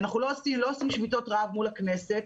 אנחנו לא עושים שביתות רעב מול הכנסת.